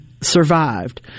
survived